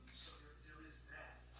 there is that.